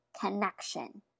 connection